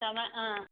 ஆ